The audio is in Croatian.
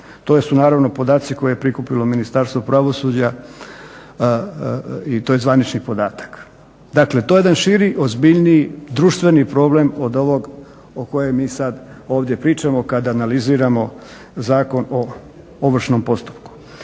To su naravno podaci koje je prikupilo Ministarstvo pravosuđa i to je zvanični podatak. Dakle, to je jedan širi, ozbiljniji, društveni problem od ovog o kojem mi sada ovdje pričamo kada analiziramo Zakon o ovršnom postupku.